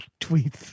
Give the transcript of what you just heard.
tweets